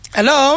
Hello